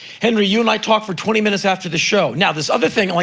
henry, you and i talked for twenty minutes after the show. now, this other thing i'm like,